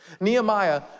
Nehemiah